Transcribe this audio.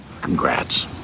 Congrats